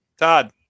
todd